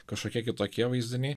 kažkokie kitokie vaizdiniai